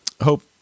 Hope